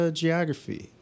geography